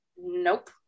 Nope